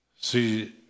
See